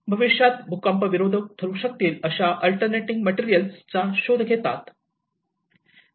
भविष्यात भूकंप विरोधक ठरू शकतील अशा अल्टरनेटिंग मटेरियल चा शोध घेतात